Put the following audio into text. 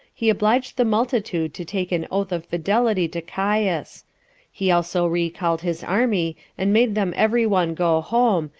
he obliged the multitude to take an oath of fidelity to caius he also recalled his army, and made them every one go home,